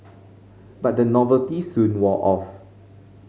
but the novelty soon wore off